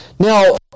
Now